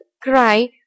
cry